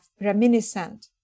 reminiscent